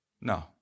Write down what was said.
No